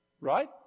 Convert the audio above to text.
Right